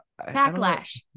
Backlash